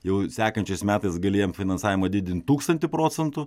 jau sekančiais metais galėjom finansavimą didint tūkstantį procentų